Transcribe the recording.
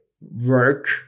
work